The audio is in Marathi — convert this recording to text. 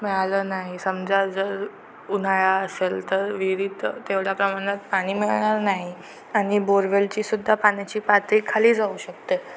मिळालं नाही समजा जर उन्हाळा असेल तर विहिरीत तेवढ्या प्रमाणात पाणी मिळणार नाही आणि बोरवेलचीसुद्धा पाण्याची पातळी खाली जाऊ शकते